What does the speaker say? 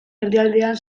erdialdean